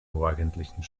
morgendlichen